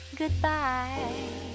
goodbye